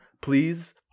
please